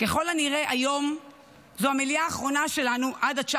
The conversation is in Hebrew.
ככל הנראה היום זו המליאה האחרונה שלנו עד 19